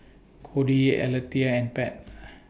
Codie Alethea and Pat